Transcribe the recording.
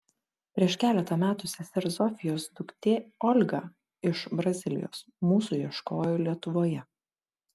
prieš keletą metų sesers zofijos duktė olga iš brazilijos mūsų ieškojo lietuvoje